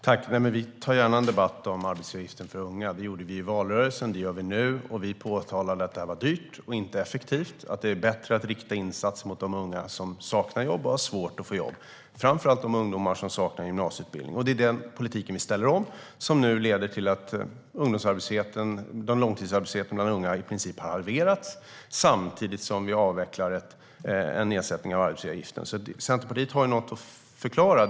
Herr talman! Vi tar gärna en debatt om arbetsgivaravgiften för unga. Det gjorde vi i valrörelsen, och det gör vi nu. Vi påtalar att detta var dyrt och inte effektivt och att det är bättre att rikta insatser mot de unga som saknar jobb och har svårt att få jobb, framför allt de ungdomar som saknar gymnasieutbildning. Det är den politiken vi ställer om och som nu leder till att långtidsarbetslösheten bland unga i princip har halverats, samtidigt som vi avvecklar en nedsättning av arbetsgivaravgiften. Centerpartiet har något att förklara.